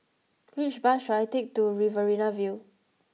which bus should I take to Riverina View